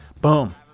boom